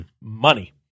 Money